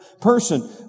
person